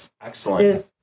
Excellent